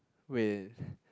wait